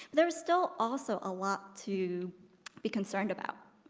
there was still also a lot to be concerned about,